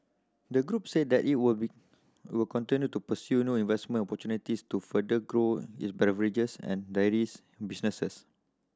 the group said that it will be will continue to pursue new investment opportunities to further grow its beverages and dairies businesses